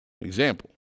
Example